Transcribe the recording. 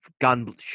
gun